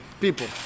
people